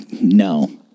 No